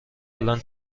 الان